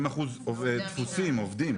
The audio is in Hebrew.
70% תפוסים, עובדים.